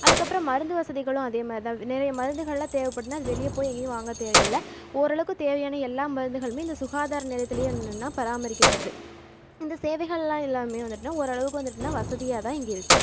அதுக்கப்புறம் மருந்து வசதிகளும் அதேமாதிரி தான் நிறைய மருந்துகளெல்லாம் தேவைப்பட்டுதுனா அது வெளியே போய் எங்கேயும் வாங்கத் தேவையில்லை ஓரளவுக்கு தேவையான எல்லா மருந்துகளுமே இந்த சுகாதார நிலையத்துலேயே வந்து என்னென்னால் பராமரிக்கப்படுது இந்த சேவைகளெல்லாம் எல்லாமே வந்துட்டுனால் ஓரளவுக்கு வந்துட்டுனால் வசதியாக தான் இங்கே இருக்குது